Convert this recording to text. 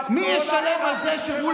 הינה, זה הכסף שלכם, חבר הכנסת אמסלם.